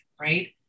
right